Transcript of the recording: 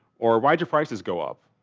or why did your prices go up?